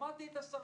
שמעתי את השרה.